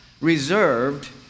reserved